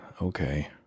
Okay